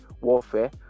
warfare